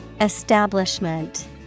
Establishment